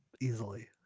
easily